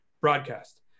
broadcast